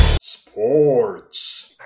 Sports